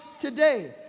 today